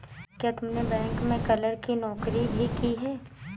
क्या तुमने बैंक में क्लर्क की नौकरी भी की है?